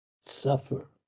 suffer